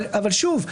אבל שוב,